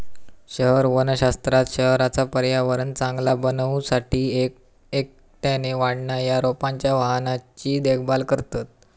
शहर वनशास्त्रात शहराचा पर्यावरण चांगला बनवू साठी एक एकट्याने वाढणा या रोपांच्या वाहनांची देखभाल करतत